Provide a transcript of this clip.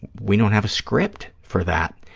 we don't have a script for that,